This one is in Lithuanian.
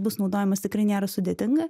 bus naudojamas tikrai nėra sudėtinga